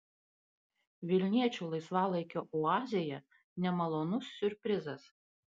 vilniečių laisvalaikio oazėje nemalonus siurprizas